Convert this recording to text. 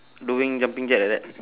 doing jumping jack like that